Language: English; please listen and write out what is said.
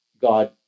God